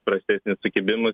prastesnis sukibimas